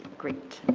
great.